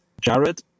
Jared